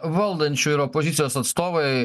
valdančiųjų ir opozicijos atstovai